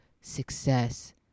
success